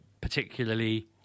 particularly –